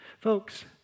Folks